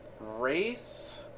race